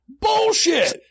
Bullshit